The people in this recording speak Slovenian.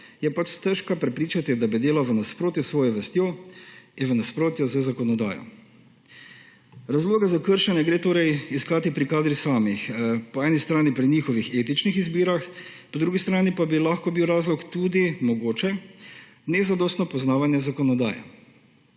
je pač stežka prepričati, da bi delal v nasprotju s svojo vestjo ter v nasprotju z zakonodajo. Razloge za kršenje gre torej iskati pri kadrih samih, po eni strani pri njihovih etičnih izbirah, po drugi strani pa bi lahko bil razlog tudi morda nezadostno poznavanje zakonodaje.